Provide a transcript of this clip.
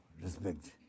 Respect